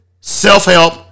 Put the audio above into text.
self-help